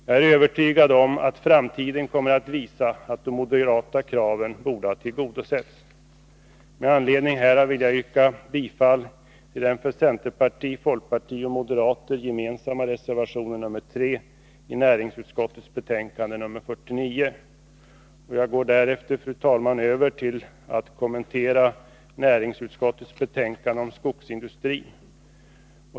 Jag är övertygad om att framtiden kommer att visa att de moderata kraven borde ha tillgodosetts. Med anledning härav vill jag yrka bifall till den för centerpartister, folkpartister och moderater gemensamma reservationen nr 3 i näringsutskottets betänkande nr 49. Jag går därefter, fru talman, över till att kommentera näringsutskottets betänkande om skogsindustrin.